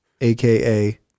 AKA